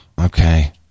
Okay